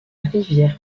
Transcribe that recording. rivière